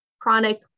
chronic